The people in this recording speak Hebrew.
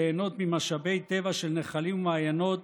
ליהנות ממשאבי טבע של נחלים ומעיינות